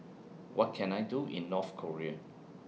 What Can I Do in North Korea